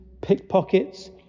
pickpockets